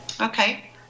okay